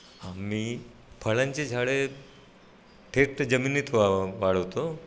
आम्ही फळांचे झाडे थेट जमिनीत वा वाढवतो